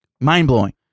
Mind-blowing